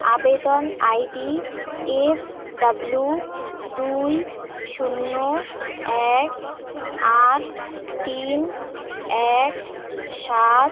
আবেদন ID F W দুই শূন্য এক আট তিন এক সাত